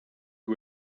who